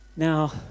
Now